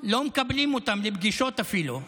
לא מקבלים אותם לפגישות אפילו.